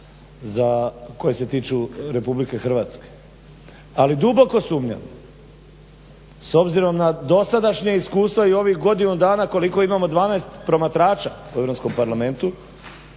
koji se tiču RH. Ali duboko sumnjam s obzirom na dosadašnja iskustva i ovih godinu dana koliko imamo 12 promatrača u Europskom parlamentu